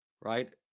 Right